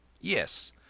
Yes